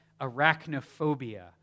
arachnophobia